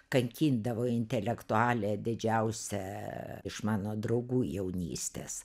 kankindavo intelektualė didžiausia iš mano draugų jaunystės